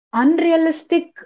unrealistic